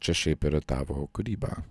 čia šiaip yra tavo kūryba